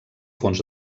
fons